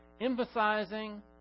emphasizing